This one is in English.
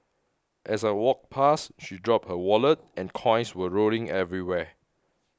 as I walked past she dropped her wallet and coins went rolling everywhere